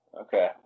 Okay